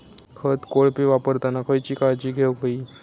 खत कोळपे वापरताना खयची काळजी घेऊक व्हयी?